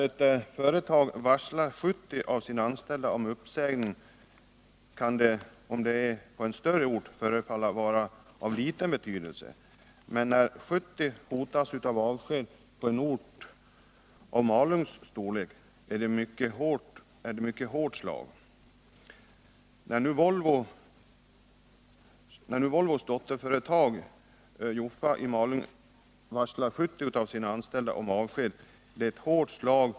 Ett varsel om uppsägning av 70 anställda kan på en större ort förefalla vara av ringa betydelse, men när 70 anställda hotas av avsked på en ort av Malungs storlek är det ett mycket hårt slag.